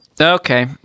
okay